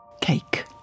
Cake